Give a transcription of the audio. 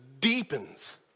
deepens